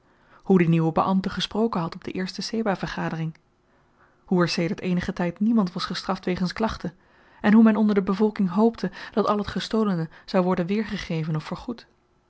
hoe die nieuwe beambte gesproken had op de eerste sebah vergadering hoe er sedert eenigen tyd niemand was gestraft wegens klachte en hoe men onder de bevolking hoopte dat al t gestolene zou worden weergegeven of vergoed